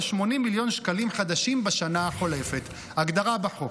80 מיליון שקלים חדשים בשנה החולפת" ההגדרה בחוק.